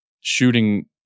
shooting